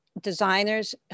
designers